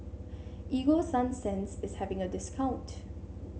Ego Sunsense is having a discount